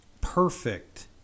Perfect